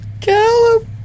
Callum